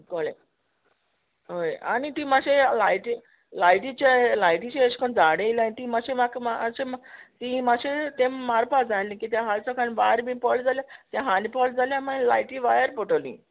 कोळें हय आनी तीं मातशें लायटी लायटीचे लायटीचे एश कोन झाड येयल्याय तीं माश्शें म्हाका मातशें म्हा तीं मातशें तेम मारपा जाय आल्ही किद्या हाल सकाळीं भायर बीन पोळ जाल्या ते हाने पोळ जाल्या मागीर लायटी वायर पोटोली